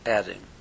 adding